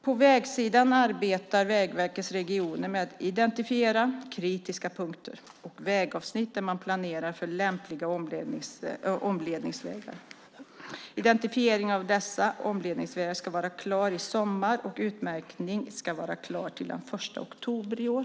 På vägsidan arbetar Vägverkets regioner med att identifiera kritiska punkter och vägavsnitt där man planerar för lämpliga omledningsvägar. Identifieringen av dessa omledningsvägar ska vara klar i sommar och utmärkningen ska vara klar till den 1 oktober i år.